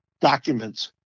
documents